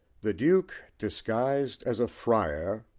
the duke disguised as a friar,